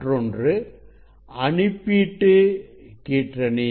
மற்றொன்று அனுப்பீட்டு கீற்றணி